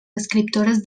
escriptores